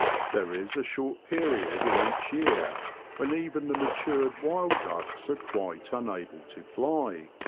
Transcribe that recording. there is a short period in each year when even the matured wild ducks are quite unable to fly.